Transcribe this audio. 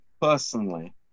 personally